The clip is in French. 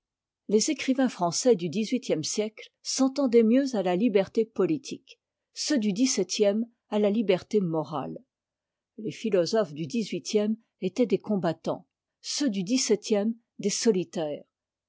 les écrivains français dù dix-huitième siècte s'entendaient mieux à la liberté politique ceux du dix-septième à a liberté morale les philosophes du dix-huitième étaient des combattants ceux du dix-septième des solitaires